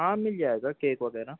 ہاں مل جائے گا کیک وغیرہ